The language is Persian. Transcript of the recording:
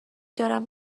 دارم